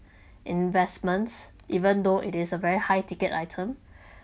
investments even though it is a very high ticket item